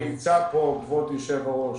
אני נמצא פה, כבוד היושב-ראש.